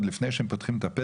עוד לפני שהם פותחים את הפה,